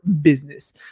business